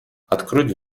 откройте